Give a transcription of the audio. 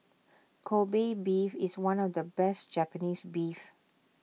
Kobe Beef is one of the best Japanese Beef